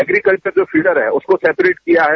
agriculture जो feeder है उसको सप्रेट किया है